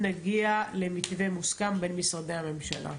נגיע למתווה מוסכם בין משרדי הממשלה.